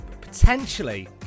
potentially